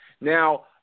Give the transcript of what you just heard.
Now